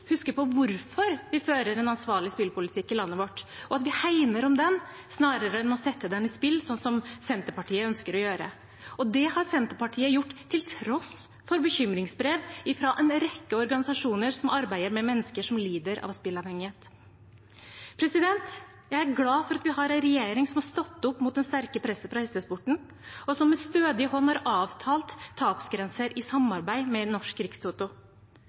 husker på hvorfor vi fører en ansvarlig spillpolitikk i landet vårt, og at vi hegner om den, snarere enn å sette den i spill, slik som Senterpartiet ønsker å gjøre. Det har Senterpartiet gjort til tross for bekymringsbrev fra en rekke organisasjoner som arbeider med mennesker som lider av spillavhengighet. Jeg er glad for at vi har en regjering som har stått opp mot det sterke presset fra hestesporten, og som med stødig hånd har avtalt tapsgrenser i samarbeid med Norsk